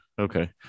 Okay